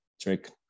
trick